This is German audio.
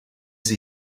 wir